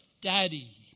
Daddy